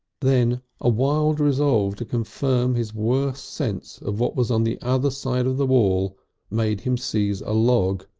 then a wild resolve to confirm his worst sense of what was on the other side of the wall made him seize a log,